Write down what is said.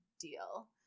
deal